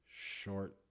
short